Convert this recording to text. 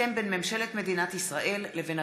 הסכם בין ממשלת מדינת ישראל לבין